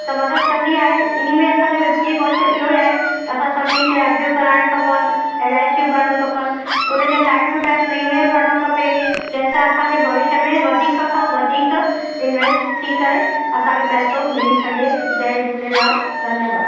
त मदद कंदी आहे इन में असांजो वित्तीय कौशल इहो ई आहे त असां सभिनीनि खे एफडियूं कराइणियूं खपनि एलआईसियूं भरणियूं खपनि उन्हनि जा टाइम टू टाइम प्रीमियम भरिणो खपे जंहिंसां असांखे भविष्य में वधीक खां वधीक इंवेस्ट थी करे असांखे पैसो मिली सघे जय झूलेलाल धन्यवाद